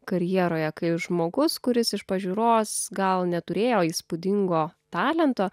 karjeroje kai žmogus kuris iš pažiūros gal neturėjo įspūdingo talento